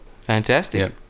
Fantastic